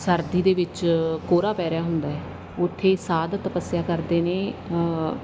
ਸਰਦੀ ਦੇ ਵਿੱਚ ਕੋਰਾ ਪੈ ਰਿਹਾ ਹੁੰਦਾ ਉੱਥੇ ਸਾਧ ਤਪੱਸਿਆ ਕਰਦੇ ਨੇ